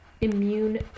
immune